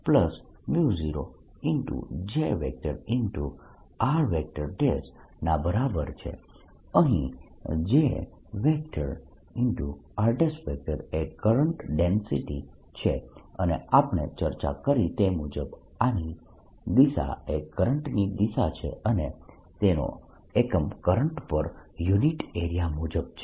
સંદર્ભ સમય 1539 અહીં Jr એ કરંટ ડેન્સિટી છે અને આપણે ચર્ચા કરી તે મુજબ આની દિશા એ કરંટની દિશા છે અને તેનો એકમ કરંટ પર યુનિટ એરિયા મુજબ છે